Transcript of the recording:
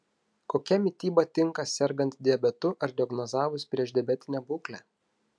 kokia mityba tinka sergant diabetu ar diagnozavus priešdiabetinę būklę